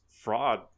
fraud